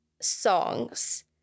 Songs